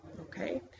okay